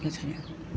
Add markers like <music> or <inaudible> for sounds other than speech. <unintelligible>